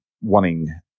wanting